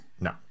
No